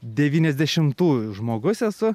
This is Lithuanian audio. devyniasdešimtųjų žmogus esu